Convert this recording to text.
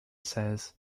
says